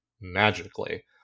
magically